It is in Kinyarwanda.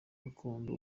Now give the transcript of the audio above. gakondo